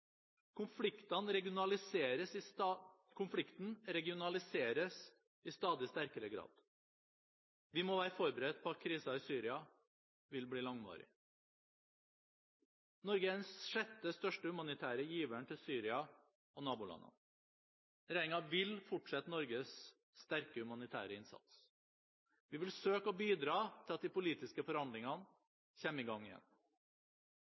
Konflikten regionaliseres i stadig sterkere grad. Vi må være forberedt på at krisen i Syria vil bli langvarig. Norge er den sjette største humanitære giveren til Syria og nabolandene. Regjeringen vil fortsette Norges sterke humanitære innsats. Vi vil søke å bidra til at de politiske forhandlingene kommer i gang igjen.